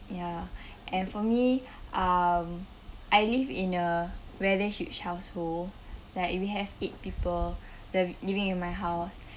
ya and for me um I live in a rather huge household like if you have eight people that living in my house